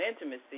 intimacy